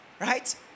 right